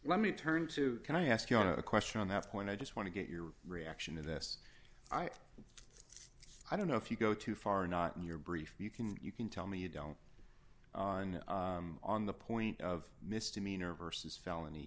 let me turn to can i ask you a question on that point i just want to get your reaction to this i don't know if you go too far not in your brief you can you can tell me you don't on on the point of misdemeanor versus felony